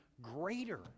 greater